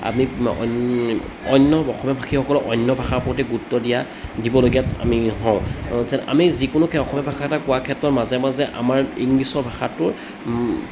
আমি অন্য অসমীয়া ভাষীসকলক অন্য ভাষাৰ প্ৰতি গুৰুত্ব দিয়া দিবলগীয়াত আমি হওঁ আমি যিকোনো খে অসমীয়া ভাষা এটা কোৱাৰ ক্ষেত্ৰত মাজে মাজে আমাৰ ইংলিছৰ ভাষাটোৰ